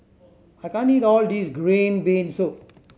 I can't eat all this green bean soup